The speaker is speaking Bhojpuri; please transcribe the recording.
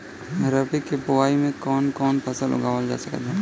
रबी के बोआई मे कौन कौन फसल उगावल जा सकत बा?